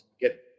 Get